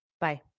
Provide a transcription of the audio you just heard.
Bye